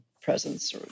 presence